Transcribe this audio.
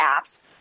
apps